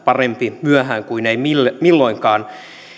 parempi myöhään kuin ei milloinkaan